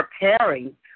preparing